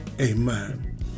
amen